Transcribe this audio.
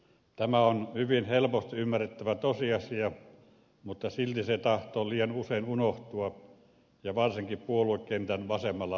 tämä on hyvin helposti ymmärrettävä tosiasia mutta silti se tahtoo liian usein unohtua ja varsinkin puoluekentän vasemmalla laidalla